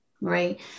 right